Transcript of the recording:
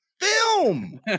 film